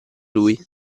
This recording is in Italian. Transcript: lui